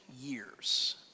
years